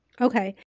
Okay